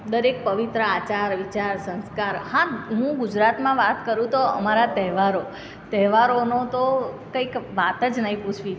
દરેક પવિત્ર આચાર વિચાર સંસ્કાર હા હું ગુજરાતમાં વાત કરું તો અમારા તહેવારો તહેવારોનો તો કંઈક વાત જ નહીં પૂછવી